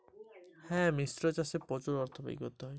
মিশ্র চাষে কি প্রচুর অর্থ ব্যয় করতে হয়?